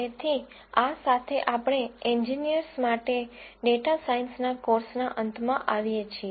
તેથી આ સાથે આપણે એન્જીનિયર્સ માટે ડેટા સાયન્સના કોર્સના અંતમાં આવીએ છીએ